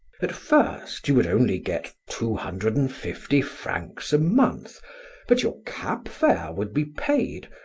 at first you would only get two hundred and fifty francs a month but your cab fare would be paid.